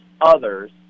others